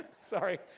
Sorry